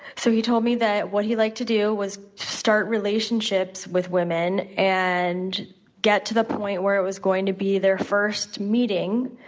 so, he told me that what he liked to do was start relationships with women and get to the point where it was going to be their first meeting.